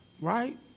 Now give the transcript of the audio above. right